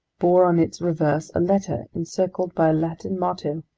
bore on its reverse a letter encircled by a latin motto,